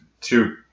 two